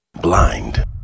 blind